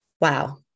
Wow